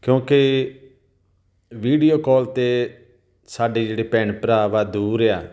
ਕਿਉਂਕਿ video call 'ਤੇ ਸਾਡੇ ਜਿਹੜੇ ਭੈਣ ਭਰਾ ਵਾ ਦੂਰ ਆ